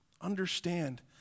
Understand